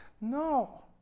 No